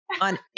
on